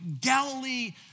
Galilee